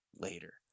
later